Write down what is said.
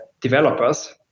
developers